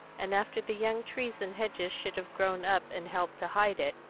and after the young trees and hedges should have grown up and helped to hide it,